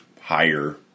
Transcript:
higher